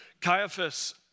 Caiaphas